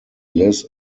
liz